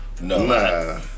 No